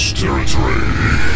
territory